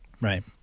Right